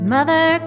Mother